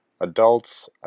adults